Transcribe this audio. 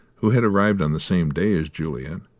who had arrived on the same day as juliet,